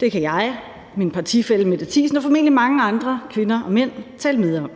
Det kan jeg, min partifælle Mette Thiesen og formentlig mange andre kvinder og mænd tale med om.